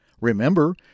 Remember